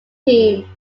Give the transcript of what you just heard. team